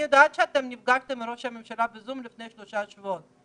אני יודעת שאתם נפגשתם עם ראש הממשלה ב-זום לפני שלושה שבועות.